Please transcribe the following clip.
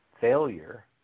failure